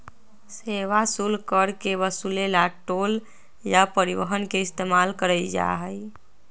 सेवा शुल्क कर के वसूले ला टोल या परिवहन के इस्तेमाल कइल जाहई